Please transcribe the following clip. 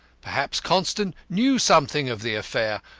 perhaps constant knew something of the affair.